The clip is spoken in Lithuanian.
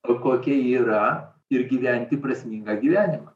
ko kokia yra ir gyventi prasmingą gyvenimą